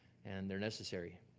and they're necessary,